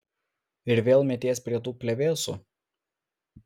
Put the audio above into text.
ir vėl meties prie tų plevėsų